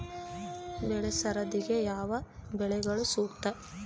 ಬೆಳೆ ಸರದಿಗೆ ಯಾವ ಬೆಳೆಗಳು ಸೂಕ್ತ?